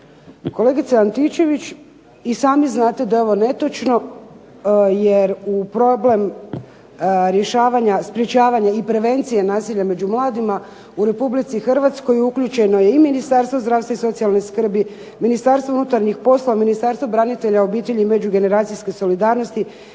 Kolegice Antičević, i sami znate da je ovo netočno, jer u problem rješavanja sprječavanja i prevencije nasilja među mladima u Republici Hrvatskoj uključeno je i Ministarstvo zdravstva i socijalne skrbi, Ministarstvo unutarnjih poslova, Ministarstvo branitelja, obitelji i međugeneracijske solidarnosti,